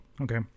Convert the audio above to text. Okay